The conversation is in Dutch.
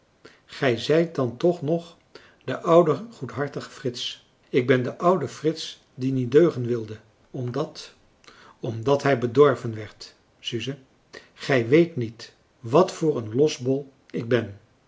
gij zijt dan toch nog de oude goedhartige frits ik ben de oude frits die niet deugen wilde omdat omdat hij bedorven werd suze gij weet niet wat voor een losbol ik ben